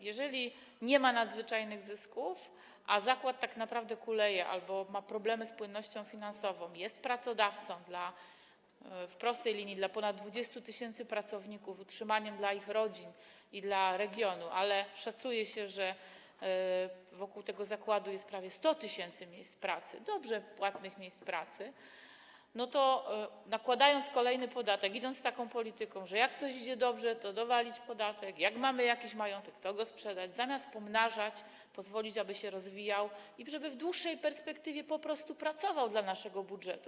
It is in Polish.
Jeżeli nie ma nadzwyczajnych zysków, zakład tak naprawdę kuleje albo ma problemy z płynnością finansową, a jest pracodawcą w prostej linii dla ponad 20 tys. pracowników, utrzymaniem dla ich rodzin i dla regionu - choć szacuje się, że wokół tego zakładu jest prawie 100 tys. dobrze płatnych miejsc pracy - to nakładając kolejny podatek, realizując taką politykę, że jak coś idzie dobrze, to dowalić podatek, a jak mamy jakiś majątek, to go sprzedać zamiast pomnażać, pozwolić, aby się rozwijał i aby w dłuższej perspektywie po prostu pracował dla naszego budżetu.